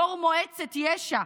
יו"ר מועצת יש"ע,